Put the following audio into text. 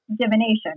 divination